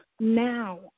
now